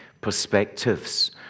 perspectives